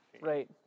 Right